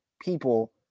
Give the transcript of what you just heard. people